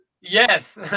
Yes